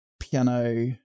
piano